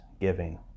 giving